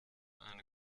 eine